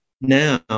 now